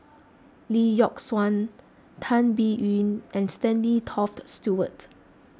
Lee Yock Suan Tan Biyun and Stanley Toft Stewart